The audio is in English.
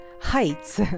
heights